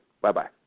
Bye-bye